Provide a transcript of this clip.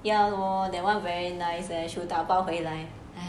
ya lor that one very nice leh should 打包回来